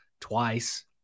twice